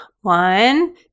one